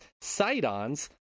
Sidon's